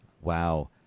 Wow